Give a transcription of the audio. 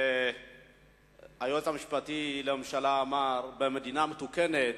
היועץ המשפטי לממשלה אמר: במדינה מתוקנת